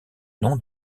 nom